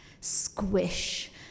Squish